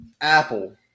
apple